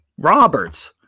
Roberts